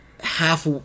Half